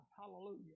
Hallelujah